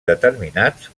determinats